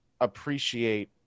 appreciate